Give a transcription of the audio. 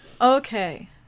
Okay